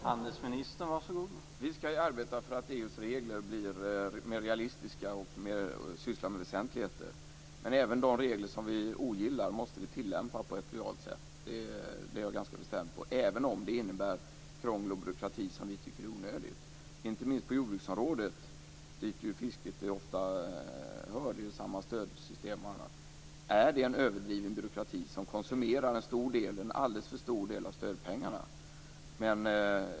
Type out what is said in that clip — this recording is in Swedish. Herr talman! Vi skall arbeta för att EU:s regler blir mer realistiska och inriktade på väsentligheter. Men jag har den ganska bestämda uppfattningen att vi på ett lojalt sätt måste tillämpa även de regler som vi ogillar, även om vi tycker att de innebär onödigt krångel och byråkrati. Det gäller inte minst på jordbruksområdet, dit fisket ju ofta förs bl.a. på grund av gemensamma stödsystem. Man har där en överdriven byråkrati, som konsumerar en alldeles för stor del av stödpengarna.